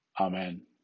Amen